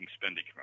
spending